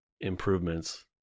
improvements